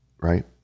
Right